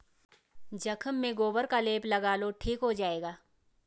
जख्म में गोबर का लेप लगा लो ठीक हो जाएगा